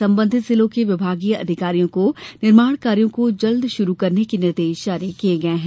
संबंधित जिलों के विभागीय अधिकारियों को निर्माण कार्यों को जल्द शुरू करने के निर्देश जारी किये गये हैं